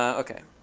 ok.